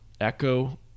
echo